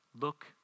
Look